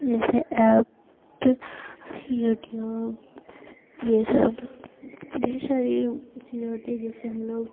जैसे apps YouTube ये सब ढेर सारी वो चीज़ें होती है जिससे हम लोग